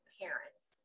parents